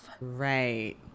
Right